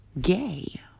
gay